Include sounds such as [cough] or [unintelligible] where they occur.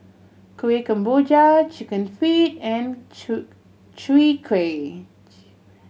Kuih Kemboja Chicken Feet and [unintelligible] Chwee Kueh